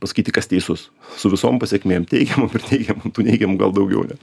pasakyti kas teisus su visom pasekmėm teikiamom ir neigiamom tų neigiamų gal daugiau net